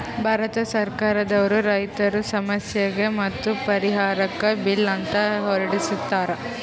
ಭಾರತ್ ಸರ್ಕಾರ್ ದವ್ರು ರೈತರ್ ಸಮಸ್ಯೆಗ್ ಮತ್ತ್ ಪರಿಹಾರಕ್ಕ್ ಬಿಲ್ ಅಂತ್ ಹೊರಡಸ್ತಾರ್